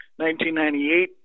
1998